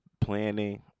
planning